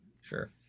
sure